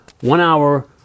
one-hour